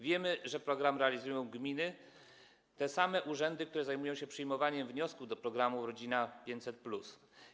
Wiemy, że program realizują gminy, te same urzędy, które zajmują się przyjmowaniem wniosków do programu „Rodzina 500+”